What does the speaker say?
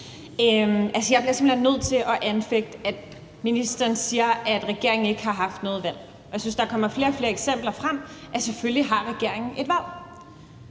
simpelt hen nødt til at anfægte det, når ministeren siger, at regeringen ikke har haft noget valg. Jeg synes, der kommer flere og flere eksempler frem på, at regeringen selvfølgelig har et valg.